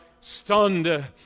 stunned